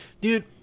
Dude